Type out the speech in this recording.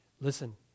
listen